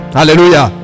Hallelujah